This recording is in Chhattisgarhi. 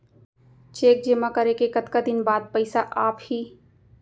चेक जेमा करे के कतका दिन बाद पइसा आप ही?